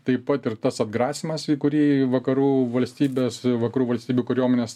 taip pat ir tas atgrasymas į kurį vakarų valstybės vakarų valstybių kariuomenės